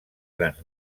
grans